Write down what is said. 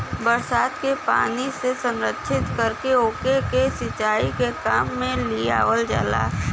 बरसात के पानी से संरक्षित करके ओके के सिंचाई के काम में लियावल जाला